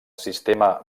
sistema